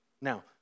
Now